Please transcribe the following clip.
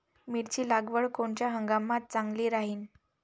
मिरची लागवड कोनच्या हंगामात चांगली राहीन?